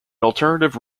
alternative